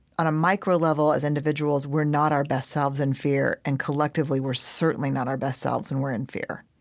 on a micro level as individuals, we're not our best selves in fear and collectively we're certainly not our best selves when and we're in fear.